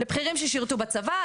לבכירים ששירתו בצבא,